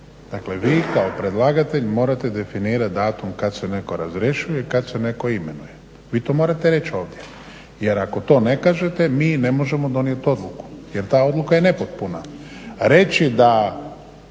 Dakle, vi kao predlagatelj morate definirati datum kad se netko razrješuje, kad se netko imenuje. Vi to morate reći ovdje, jer ako to ne kažete mi ne možemo donijeti odluku jer ta odluka je nepotpuna. Reći da